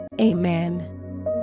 Amen